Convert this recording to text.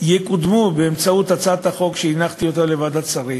יקודמו באמצעות הצעת החוק שהנחתי בפני ועדת השרים,